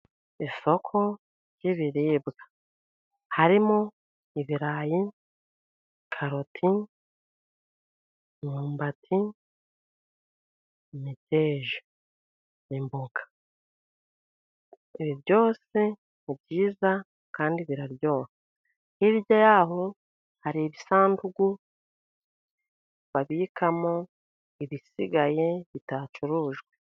Isoko ry'ibiribwa harimo ibirayi, karoti, imyumbati, imiteja n'imboga. Ibi byose ni byiza kandi biraryoha. Hirya y'aho hari ibisandugu babikamo ibisigaye bitacurujwe.